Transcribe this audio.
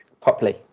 properly